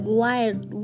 wild